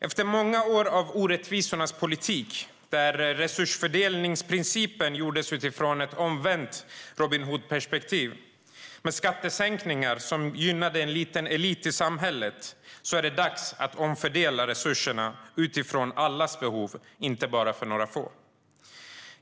Efter många år av orättvisornas politik, där resursfördelningsprincipen gjordes utifrån ett omvänt Robin Hood-perspektiv, med skattesänkningar som gynnade en liten elit i samhället, är det dags att omfördela resurserna utifrån behoven hos alla, inte bara några få.